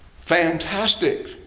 Fantastic